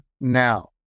now